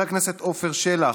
חבר הכנסת עפר שלח,